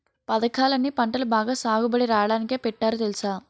పదకాలన్నీ పంటలు బాగా సాగుబడి రాడానికే పెట్టారు తెలుసా?